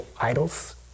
idols